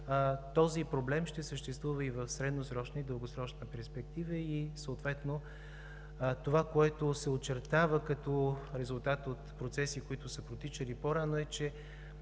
този проблем ще съществува и в средносрочна и дългосрочна перспектива и това, което се очертава като резултат от процеси, които са протичали по-рано, е, че